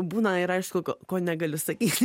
būna ir aišku ko negaliu sakyti